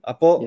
Apo